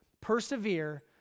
persevere